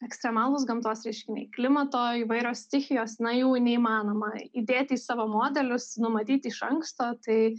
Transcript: ekstremalūs gamtos reiškiniai klimato įvairios stichijos na jau neįmanoma įdėti į savo modelius numatyti iš anksto tai